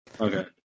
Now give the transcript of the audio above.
Okay